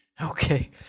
Okay